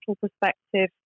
perspective